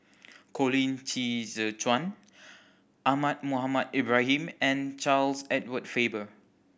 Colin Qi Zhe Quan Ahmad Mohamed Ibrahim and Charles Edward Faber